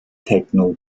techno